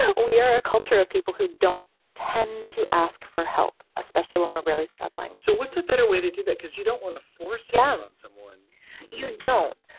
ah we are a culture of people who don't tend to ask for help, especially when we're really struggling so what's a better way to do that? because you don't want to force down someone you don't.